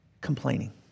complaining